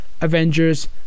Avengers